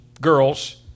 girls